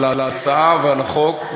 על ההצעה ועל החוק,